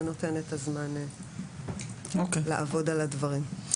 זה נותן זמן לעבוד על הדברים.